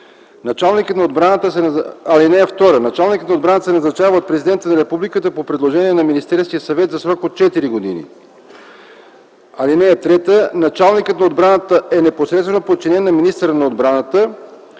сили. (2) Началникът на отбраната се назначава от Президента на Републиката по предложение на Министерския съвет за срок четири години. (3) Началникът на отбраната е непосредствено подчинен на министъра на отбраната.